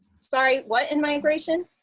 sorry? what and migration?